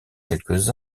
quelques